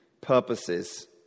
purposes